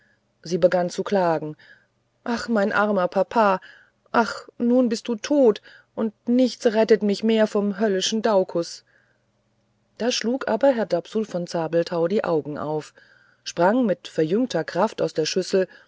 sie begann zu klagen ach mein armer papa ach nun bist du tot und nichts rettet mich mehr vom höllischen daucus da schlug aber herr dapsul von zabelthau die augen auf sprang mit verjüngter kraft aus der schüssel